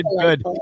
good